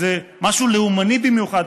איזה משהו לאומני במיוחד.